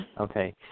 Okay